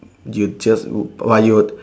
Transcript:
you just [wah] you would